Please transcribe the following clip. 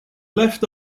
left